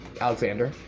Alexander